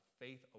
faith